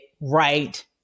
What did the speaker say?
right